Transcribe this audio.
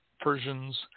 Persians